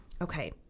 okay